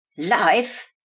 life